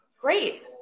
Great